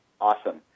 Awesome